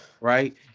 right